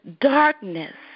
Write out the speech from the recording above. darkness